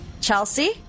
Chelsea